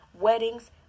weddings